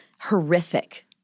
horrific